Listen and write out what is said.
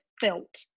felt